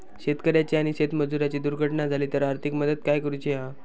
शेतकऱ्याची आणि शेतमजुराची दुर्घटना झाली तर आर्थिक मदत काय करूची हा?